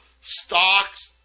stocks